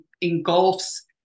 engulfs